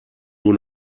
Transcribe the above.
nur